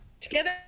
Together